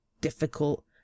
difficult